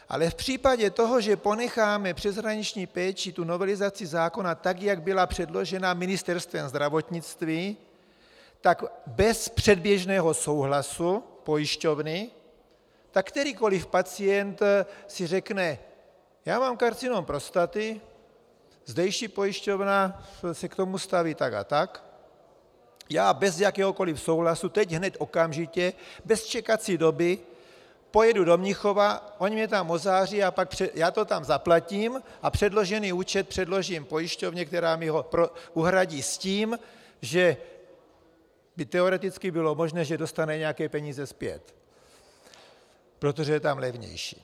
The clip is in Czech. Ale v případě toho, že ponecháme přeshraniční péči v novelizaci zákona tak, jak byla předložena Ministerstvem zdravotnictví, tak bez předběžného souhlasu pojišťovny kterýkoliv pacient si řekne: já mám karcinom prostaty, zdejší pojišťovna se k tomu staví tak a tak, já bez jakéhokoliv souhlasu, teď hned, okamžitě, bez čekací doby pojedu do Mnichova, oni mě tam ozáří, já to tam zaplatím a předložený účet předložím pojišťovně, která mi ho uhradí s tím, že by teoreticky bylo možné, že dostane nějaké peníze zpět, protože je to tam levnější.